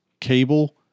cable